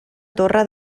torre